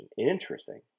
interesting